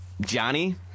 Johnny